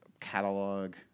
catalog